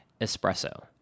Espresso